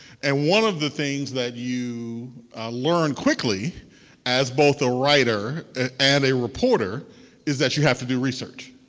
and one of the things that you learn quickly as both a writer and a reporter is that you have to do research.